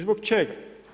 Zbog čega?